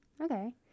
Okay